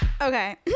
Okay